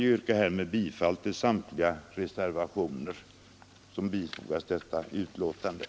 Jag yrkar bifall till samtliga reservationer som är fogade till detta utskottsbetänkande.